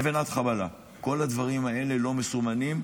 לבנת חבלה, כל הדברים האלה לא מסומנים.